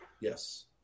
Yes